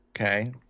Okay